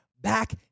back